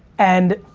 and